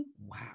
wow